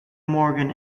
morgan